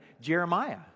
Jeremiah